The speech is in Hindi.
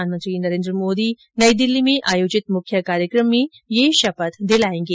प्रधानमंत्री नरेन्द्र मोदी नई दिल्ली में आयोजित मुख्य कार्यक्रम में यह शपथ दिलाएंगे